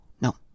no